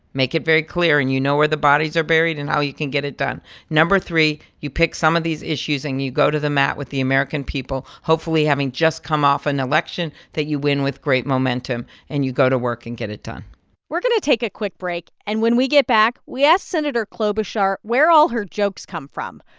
make it very clear. and you know where the bodies are buried and how you can get it done no. three you pick some of these issues, and you go to the mat with the american people hopefully having just come off an election that you win with great momentum, and you go to work and get it done we're going to take a quick break. and when we get back, we asked senator klobuchar where all her jokes come from.